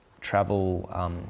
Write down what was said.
travel